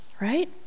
right